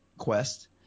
quest